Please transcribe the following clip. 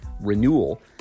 renewal